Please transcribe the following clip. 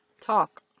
Talk